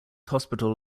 hospital